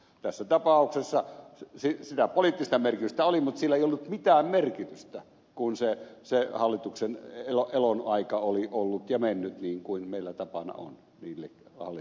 tässä tapauksessa sitä poliittista merkitystä oli mutta sillä ei ollut mitään merkitystä kun se hallituksen elonaika oli ollut ja mennyt niin kuin meillä on tapana niille hallituksille käydä